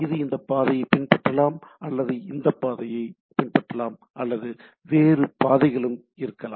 இது இந்த பாதையை பின்பற்றலாம் அல்லது இந்த பாதையை பின்பற்றலாம் அல்லது வேறு பாதைகளும் இருக்கலாம்